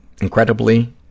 Incredibly